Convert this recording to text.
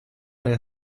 der